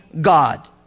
God